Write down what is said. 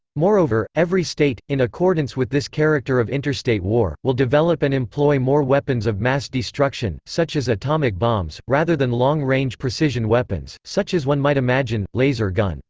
moreover, every state, in accordance with this character of interstate war, will develop and employ more weapons of mass destruction, such as atomic bombs, rather than long range precision weapons, such as one might imagine, laser gun.